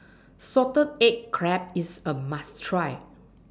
Salted Egg Crab IS A must Try